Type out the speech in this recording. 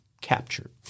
captured